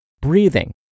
breathing